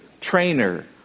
trainer